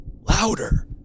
louder